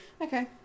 okay